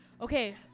Okay